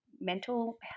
mental